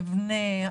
מבנה,